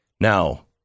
Now